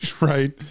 Right